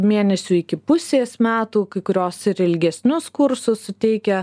mėnesių iki pusės metų kai kurios ir ilgesnius kursus suteikia